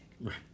Right